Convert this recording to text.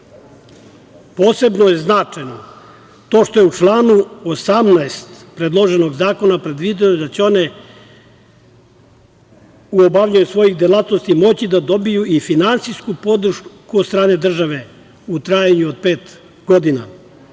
je značajno to što u članu 18. predloženog zakona predviđeno da će one u obavljanju svojih delatnosti moći da dobiju i finansijsku podršku od strane države u trajanju od pet godina